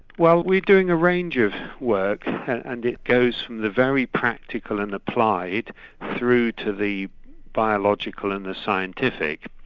well we are doing a range of work and it goes from the very practical and applied through to the biological and the scientific.